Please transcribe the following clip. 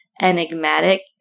enigmatic